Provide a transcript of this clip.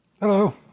Hello